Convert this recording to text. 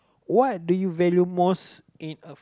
what do you value most in a